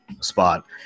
spot